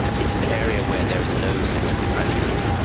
it's an area where there is no system of precedent,